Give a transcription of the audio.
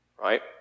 right